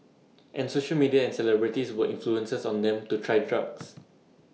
and social media and celebrities were influences on them to try drugs